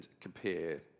compare